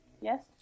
Yes